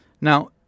Now